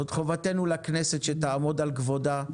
זאת חובתנו לכנסת שתעמוד על כבודה,